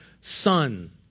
son